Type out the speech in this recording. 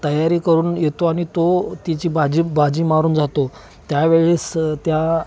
तयारी करून येतो आणि तो ती जी बाजी बाजी मारून जातो त्यावेळेस त्या